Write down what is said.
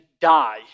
die